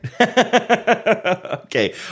Okay